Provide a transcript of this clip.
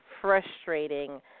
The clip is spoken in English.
frustrating